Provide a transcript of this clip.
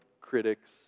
critics